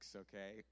okay